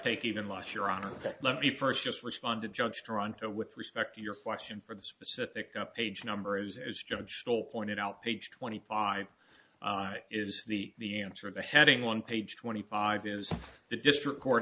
take even last year on that let me first just respond to judge toronto with respect to your question for the specific up page number is as judge still pointed out page twenty five is the answer the heading one page twenty five is the district court